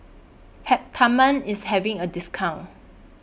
Peptamen IS having A discount